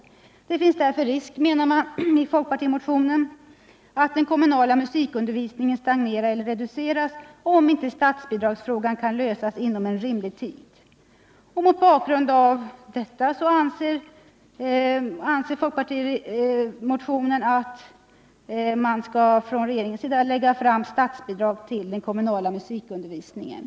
Därför finns det risk att den kommunala musikundervisningen stagnerar eller reduceras, om inte statsbidragsfrågan kan lösas inom rimlig tid.” Mot bakgrund därav anser man i folkpartimotionen att regeringen borde lägga fram förslag angående statsbidrag till den kommunala musikundervisningen.